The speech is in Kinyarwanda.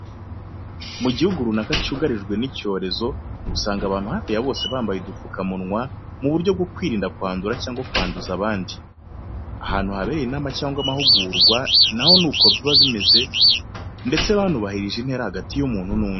Mu gihe igihugu runaka cyugarijwe n'icyorezo, usanga abantu hafi ya bose bambaye udupfukamunwa mu buryo bwo kwirinda kwandura cyangwa kwanduza abandi. Ahantu habereye inama cyangwa amahugurwa na ho ni ko biba bimeze, ndetse banubahirije intera hagati y'umuntu n'undi.